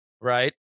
right